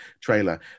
trailer